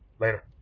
Later